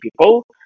people